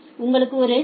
உங்களுக்கு ஒரு டி